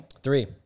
Three